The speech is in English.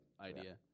idea